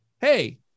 Hey